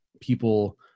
People